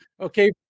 okay